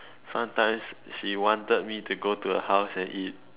sometimes she wanted me to go to her house and eat